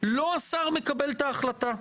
לא השר מקבל את ההחלטה.